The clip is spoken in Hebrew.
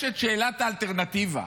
יש את שאלת האלטרנטיבה.